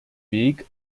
weg